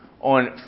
on